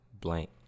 blank